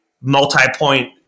multi-point